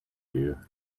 you